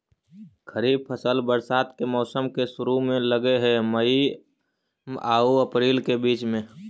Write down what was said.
खरीफ फसल बरसात के मौसम के शुरु में लग हे, मई आऊ अपरील के बीच में